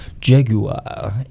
Jaguar